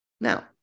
Now